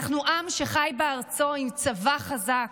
אנחנו עם שחי בארצו עם צבא חזק,